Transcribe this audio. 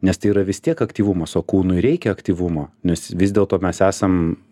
nes tai yra vis tiek aktyvumas o kūnui reikia aktyvumo nes vis dėlto mes esam